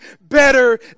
better